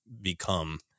become